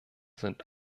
sind